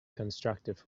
constructive